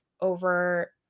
over